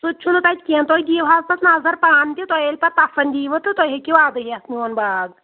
سُہ تہِ چھُنہٕ تَتہِ کیٚنٛہہ تُہۍ دِیِو حظ پَتہٕ نظر پانہٕ تہِ تۄہہِ ییٚلہِ پَتہٕ پَسنٛد ییٖوٕ تہٕ تُہۍ ہیٚکِو اَدٕ یِتھ میون باغ